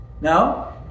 No